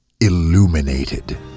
illuminated